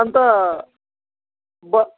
अन्त ब